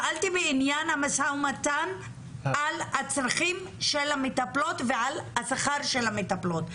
שאלתי בעניין המשא ומתן על הצרכים של המטפלות ועל השכר של המטפלות.